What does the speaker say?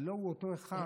הלוא הוא אותו אחד,